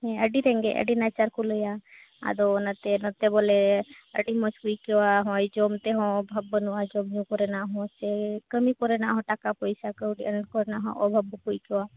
ᱦᱮᱸ ᱟᱹᱰᱤ ᱨᱮᱸᱜᱮᱡ ᱟᱹᱰᱤ ᱱᱟᱪᱟᱨ ᱠᱚ ᱞᱟᱹᱭᱟ ᱟᱫᱚ ᱚᱱᱟᱛᱮ ᱱᱚᱛᱮ ᱵᱚᱞᱮ ᱟᱹᱰᱤ ᱢᱚᱡᱽ ᱠᱚ ᱟᱹᱭᱠᱟᱹᱣᱟ ᱦᱚᱜᱼᱚᱭ ᱡᱚᱢ ᱛᱮᱦᱚᱸ ᱚᱵᱷᱟᱵ ᱵᱟᱹᱱᱩᱜᱼᱟ ᱡᱚᱢ ᱧᱩ ᱠᱚᱨᱮᱱᱟᱜ ᱦᱚᱸ ᱥᱮ ᱠᱟᱹᱢᱤ ᱠᱚᱨᱮᱱᱟᱜ ᱦᱚᱸ ᱴᱟᱠᱟ ᱯᱚᱭᱥᱟ ᱠᱚ ᱪᱮᱫ ᱠᱚᱨᱮᱱᱟᱜ ᱦᱚᱸ ᱚᱵᱷᱟᱵ ᱵᱟᱠᱚ ᱟᱹᱭᱠᱟᱹᱣᱟ